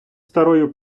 старою